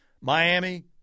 Miami